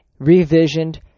revisioned